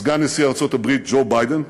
סגן נשיא ארצות-הברית ג'ו ביידן,